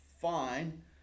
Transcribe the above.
fine